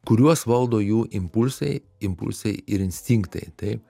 kuriuos valdo jų impulsai impulsai ir instinktai taip